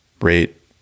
rate